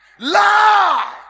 LIE